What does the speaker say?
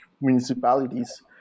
municipalities